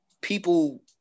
people